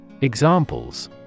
Examples